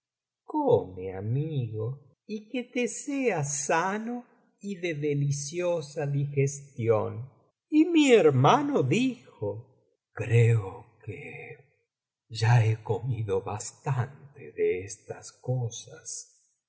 come amigo y que te sea sano y de deliciosa digestión y mi hermano dijo creo que ya he comido bastante de estas cosas